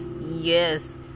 yes